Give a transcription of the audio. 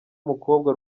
mukobwa